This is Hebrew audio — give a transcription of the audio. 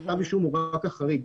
כתב אישום מובא רק אחרי,